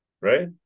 right